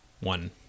one